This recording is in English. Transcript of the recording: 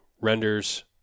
renders